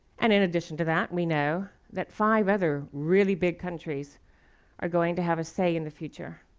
and in addition to that, we know that five other really big countries are going to have a say in the future,